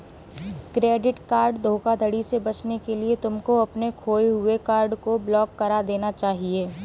credit card धोखाधड़ी से बचने के लिए तुमको अपने खोए हुए कार्ड को ब्लॉक करा देना चाहिए